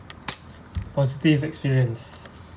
positive experience